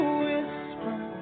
whisper